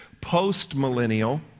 post-millennial